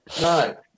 No